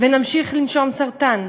ונמשיך לנשום סרטן?